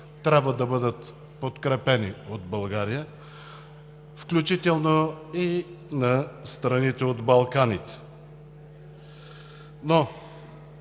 трябва да бъдат подкрепени от България, включително и на страните от Балканите, но